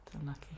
unlucky